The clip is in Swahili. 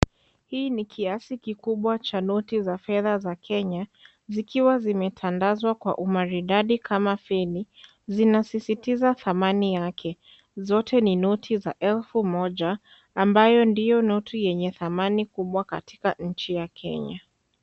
Hii ni kiasi kikubwa cha noti za fedha ya Kenya, zikiwa zimetandazwa kwa umaridadi kama feni, zinasisitiza thamani yake, zote ni noti za elfu moja ambayo ndiyo noti yenye thamani kubwa katika nchi ya Kenya.